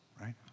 right